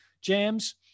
jams